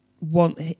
want